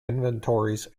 inventories